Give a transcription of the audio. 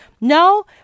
No